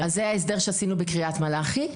זה ההסדר שעשינו בקריית מלאכי.